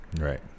Right